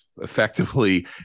effectively